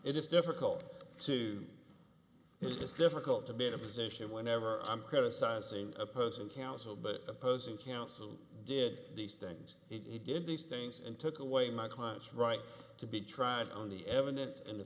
is difficult to do just difficult to be in a position whenever i'm criticizing opposing counsel but opposing counsel did these things he did these things and took away my client's right to be tried on the evidence and the